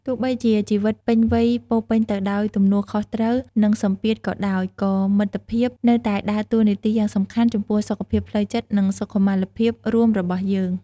ទោះបីជាជីវិតពេញវ័យពោរពេញទៅដោយទំនួលខុសត្រូវ និងសម្ពាធក៏ដោយ ក៏មិត្តភាពនៅតែដើរតួនាទីយ៉ាងសំខាន់ចំពោះសុខភាពផ្លូវចិត្ត និងសុខុមាលភាពរួមរបស់យើង។